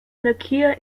nokia